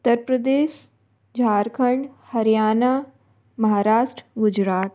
Uttar Pradesh Jharkhand Haryana Maharashtra Gujarat